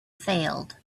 failed